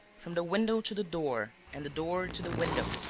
from the window to the door and the door to the window,